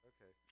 Okay